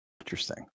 Interesting